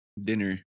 Dinner